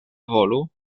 volu